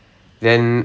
really